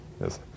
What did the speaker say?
Yes